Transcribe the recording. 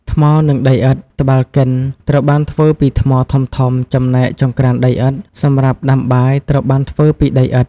ថ្ម និងដីឥដ្ឋ ត្បាល់កិន ត្រូវបានធ្វើពីថ្មធំៗ ចំណែក ចង្ក្រានដីឥដ្ឋ សម្រាប់ដាំបាយត្រូវបានធ្វើពីដីឥដ្ឋ។